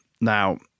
Now